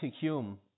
Hume